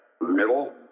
middle